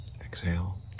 exhale